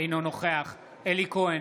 אינו נוכח אלי כהן,